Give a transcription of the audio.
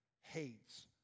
hates